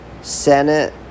Senate